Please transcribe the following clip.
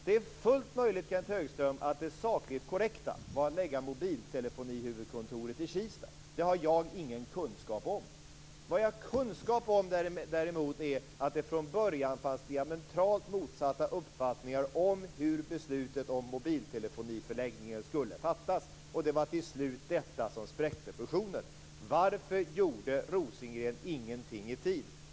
Det är fullt möjligt, Kenth Högström, att det sakligt korrekta var att lägga huvudkontoret för mobiltelefoni i Kista. Det har jag ingen kunskap om. Vad jag däremot har kunskap om är att det från början fanns diametralt motsatta uppfattningar om hur beslutet om förläggningen av mobiltelefoni skulle fattas. Det var till slut detta som spräckte fusionen. Varför gjorde Rosengren ingenting i tid?